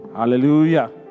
Hallelujah